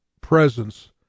presence